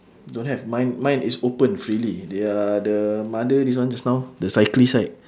don't have mine mine is open freely they are the mother this one just now the cyclist right